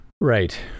right